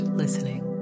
listening